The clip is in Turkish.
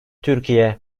türkiye